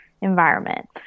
environment